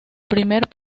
primer